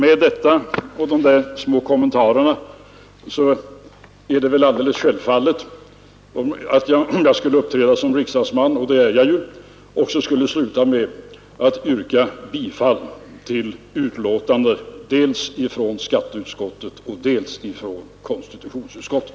Om jag här skall uppträda som riksdagsman — och det är jag ju — skall jag kanske också efter dessa kommentarer sluta med att yrka bifall till betänkandena från skatteutskottet och från konstitutionsutskottet.